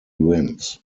wins